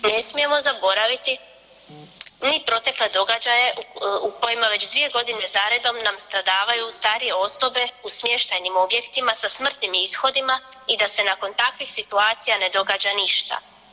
Ne smijemo zaboraviti ni protekle događaje u kojima već dvije godine za redom nam stradavaju starije osobe u smještajnim objektima sa smrtnim ishodima i da se nakon takvih situacija ne događa ništa.